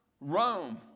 Rome